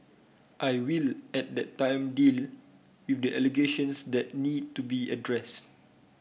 I will at that time deal with the allegations that need to be addressed